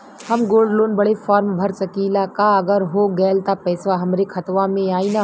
हम gold loan बड़े form भर सकी ला का अगर हो गैल त पेसवा हमरे खतवा में आई ना?